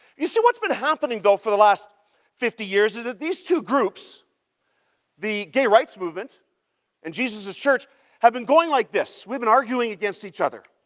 you see, what's been happening though for the last fifty years is that these two groups the gay rights movement and jesus' church have been going like this. we've been arguing against each other.